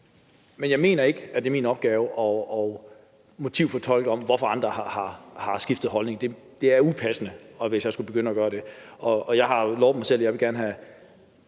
Men jeg mener ikke, at det er min opgave at motivfortolke, hvorfor andre har skiftet holdning. Det er upassende, hvis jeg skulle begynde at gøre det. Jeg har jo lovet mig selv, at jeg gerne vil